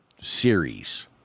series